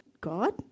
God